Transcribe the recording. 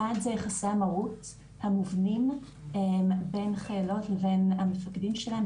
1. יחסי המרות המובנים בין חיילות לבין המפקדים שלהן,